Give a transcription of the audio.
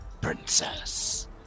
princess